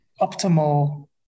optimal